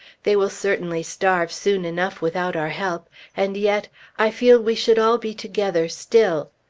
they will certainly starve soon enough without our help and yet i feel we should all be together still.